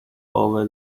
over